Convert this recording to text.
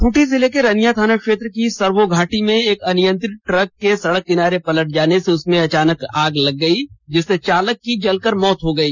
खूंटी जिले के रनिया थाना क्षेत्र की सर्वो घाटी में एक अनियंत्रित ट्रक के सड़क किनारे पलट जाने से उसमें अचानक आग लग गई जिससे चालक की जलकर मौत हो गई